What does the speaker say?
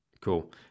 cool